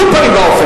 בשום פנים ואופן.